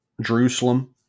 Jerusalem